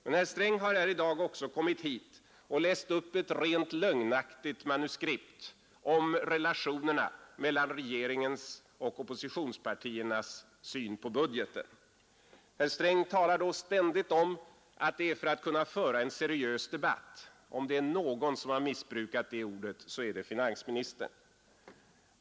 Men herr Sträng har här i dag också kommit hit och läst upp ett rent lögnaktigt manuskript om relationerna mellan regeringens och oppositionspartiernas syn på budgeten. Herr Sträng talar ständigt om att det är för att kunna föra en seriös debatt. Men om det är någon som har missbrukat det ordet, så är det finansministern.